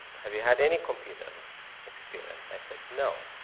have you had any computer experience? i said, no.